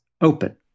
open